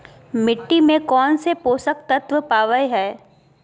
मिट्टी में कौन से पोषक तत्व पावय हैय?